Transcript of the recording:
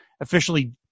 officially